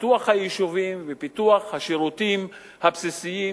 פיתוח היישובים ופיתוח השירותים הבסיסיים